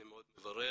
אני מאוד מברך